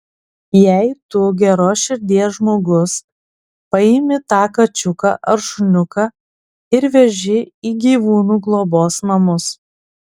jei tu geros širdies žmogus paimi tą kačiuką ar šuniuką ir veži į gyvūnų globos namus